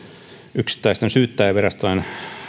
yksittäisten syyttäjänvirastojen